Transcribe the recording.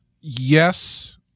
Yes